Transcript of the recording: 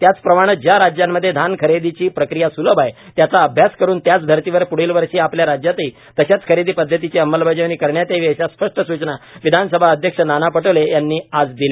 त्याचप्रमाणे ज्या राज्यांमध्ये धानखरेदीची प्रक्रिया स्लभ आहे त्याचा अभ्यास करुन त्याच धर्तीवर प्ढील वर्षी आपल्या राज्यातही तशा खरेदीपद्धतीची अंमलबजावणी करण्यात यावी अशा स्पष्ट सूचना विधानसभा अध्यक्ष नाना पटोले यांनी आज दिल्या